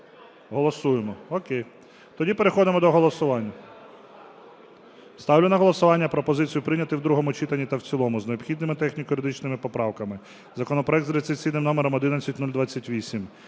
Голосуємо? Окей. Тоді переходимо до голосування. Ставлю на голосування пропозицію прийняти в другому читанні та в цілому з необхідними техніко-юридичними поправками законопроект за реєстраційним номером 11028: